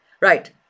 Right